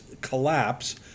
collapse